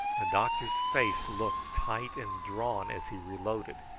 the doctor's face looked tight and drawn as he reloaded,